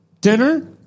Dinner